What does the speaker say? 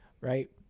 right